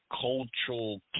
cultural